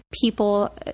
people